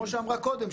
כמו שאמרה קודם,